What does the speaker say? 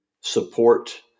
support